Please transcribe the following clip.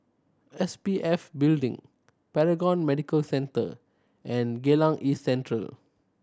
S P F Building Paragon Medical Centre and Geylang East Central